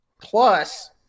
Plus